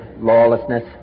lawlessness